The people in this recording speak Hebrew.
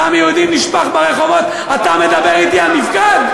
דם יהודי נשפך ברחובות, אתה מדבר אתי על מִפקד?